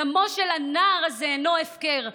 דמו של הנער הזה אינו הפקר.